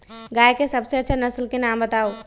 गाय के सबसे अच्छा नसल के नाम बताऊ?